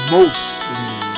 Mostly